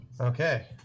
Okay